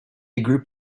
group